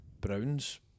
Brown's